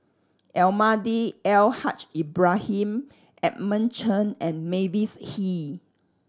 Almahdi Al Haj Ibrahim Edmund Chen and Mavis Hee